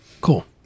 Cool